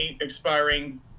expiring